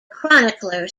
chronicler